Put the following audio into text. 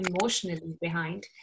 emotionally—behind